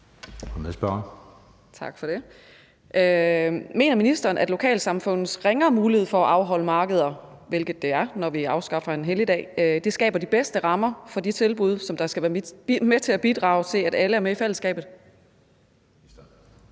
Tak for det. Mener ministeren, at lokalsamfundenes ringere mulighed for at afholde markeder, hvilket det er, når vi afskaffer en helligdag, skaber de bedste rammer for de tilbud, som skal være med til at bidrage til, at alle er med i fællesskabet? Kl.